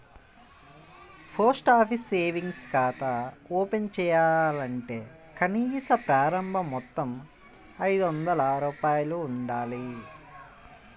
post office savings ఖాతా open చేయాలంటే కనీస ప్రారంభ మొత్తం ఐదొందల రూపాయలు ఉండాలి